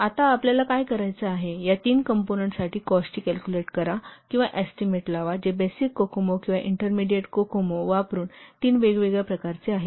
आता आपल्याला काय करायचे आहे या तीन कॉम्पोनन्टसाठी कॉस्टची कॅल्कुलेट करा किंवा एस्टीमेट लावा जे बेसिक कोकोमो किंवा इंटरमीडिएट कोकोमो वापरुन तीन वेगवेगळ्या प्रकारचे आहेत